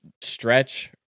stretch